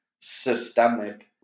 systemic